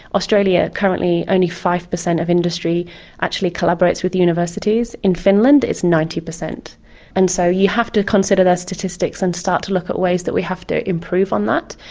australia, currently only five percent of industry actually collaborates with universities. in finland it's ninety percent and so you have to consider those statistics and start to look at ways that we have to improve on that.